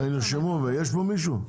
יש פה מישהו?